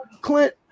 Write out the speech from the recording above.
Clint